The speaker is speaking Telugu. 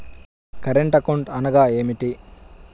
కరెంట్ అకౌంట్ అనగా ఏమిటి?